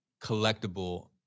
collectible